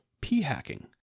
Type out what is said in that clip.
p-hacking